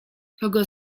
kogo